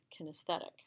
kinesthetic